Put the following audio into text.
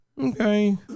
Okay